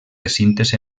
recintes